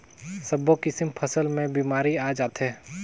सब्बो किसम फसल मे बेमारी आ जाथे